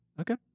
Okay